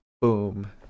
boom